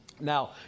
Now